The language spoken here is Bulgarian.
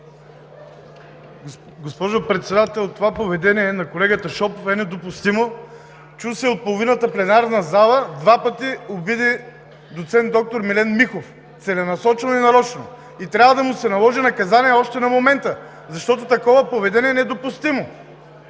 Госпожо Председател, това поведение на колегата Шопов е недопустимо! Чу се от половината пленарна зала как два пъти обиди доцент доктор Милен Михов – целенасочено и нарочно, и трябва да му се наложи наказание още на момента, защото такова поведение е недопустимо!